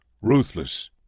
ruthless